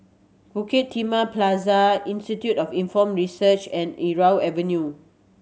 Bukit Timah Plaza Institute of Inform Research and Irau Avenue